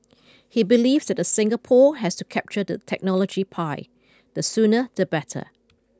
He believes that the Singapore has to capture the technology pie the sooner the better